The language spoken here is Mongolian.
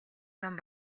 том